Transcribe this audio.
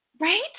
right